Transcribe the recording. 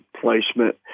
placement